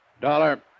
Dollar